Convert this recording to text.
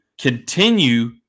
continue